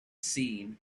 seen